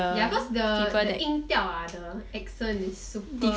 ya cause the 音掉啊 the accent is super